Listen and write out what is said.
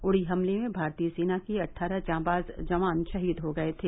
उड़ी हमले में भारतीय सेना के अट्ठारह जांबाज़ जवान शहीद हो गये थे